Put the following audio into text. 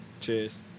Cheers